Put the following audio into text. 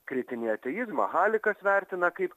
kritinį ateizmą halikas vertina kaip